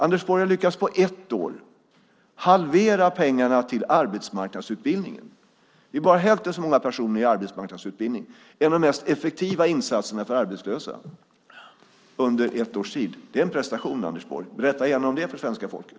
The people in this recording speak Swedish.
Anders Borg har på ett år lyckats halvera pengarna till arbetsmarknadsutbildningen. Det är bara hälften så många personer i arbetsmarknadsutbildning. Det är en av de mest effektiva insatserna för arbetslösa. Det är en prestation, Anders Borg. Berätta gärna om det för svenska folket.